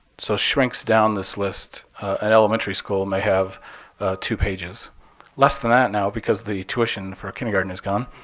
so shrinks down this list an elementary school may have two pages less than that now, because the tuition for kindergarten is gone